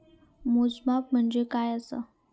मोजमाप म्हणजे काय असा?